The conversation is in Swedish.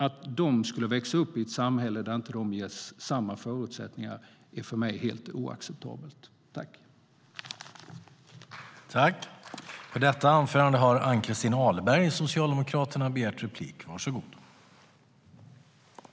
Att de skulle växa upp i ett samhälle där de inte ges samma förutsättningar är för mig helt oacceptabelt.